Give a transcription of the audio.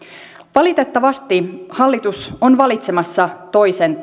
valitettavasti hallitus on valitsemassa toisen